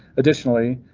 additionally,